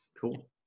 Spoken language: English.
Cool